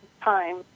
time